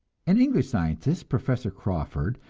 an english scientist, professor crawford,